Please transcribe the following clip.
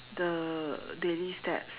the daily steps